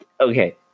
Okay